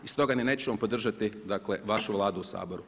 I stoga ni nećemo podržati dakle vašu Vladu u Saboru.